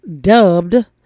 dubbed